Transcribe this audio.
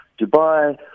Dubai